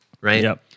right